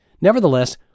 Nevertheless